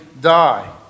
die